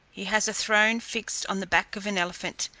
he has a throne fixed on the back of an elephant,